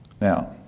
Now